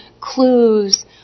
clues